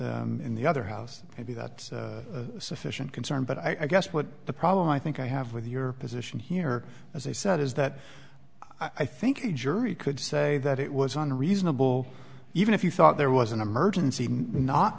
in the other house would be that sufficient concern but i guess what the problem i think i have with your position here as i said is that i think a jury could say that it was on reasonable even if you thought there was an emergency not